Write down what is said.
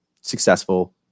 successful